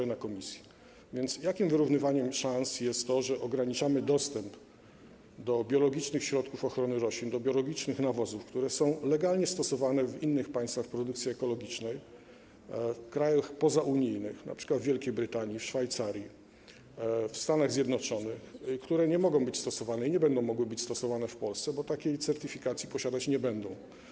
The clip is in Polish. Jakim wyrównywaniem szans jest więc to, że ograniczamy dostęp do biologicznych środków ochrony roślin, do biologicznych nawozów, które są legalnie stosowane w innych państwach w produkcji ekologicznej, w krajach pozaunijnych, np. w Wielkiej Brytanii, w Szwajcarii, w Stanach Zjednoczonych, a które nie mogą byś stosowane i nie będą mogły być stosowane w Polsce, bo takiej certyfikacji posiadać nie będą?